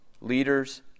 Leaders